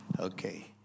Okay